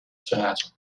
straten